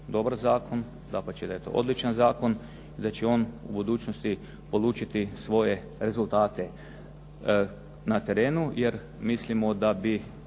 dobar zakon, dapače da je to odličan zakon i da će on u budućnosti odlučiti svoje rezultate na terenu jer mislimo da bi